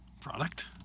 Product